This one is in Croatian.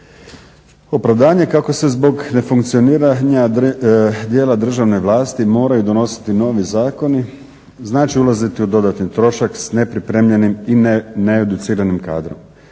Opravdanje kako se zbog nefunkcioniranja dijela državne vlasti moraju donositi novi zakoni znači ulaziti u dodatni trošak s nepripremljenim i needuciranim kadrom.